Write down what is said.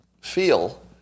feel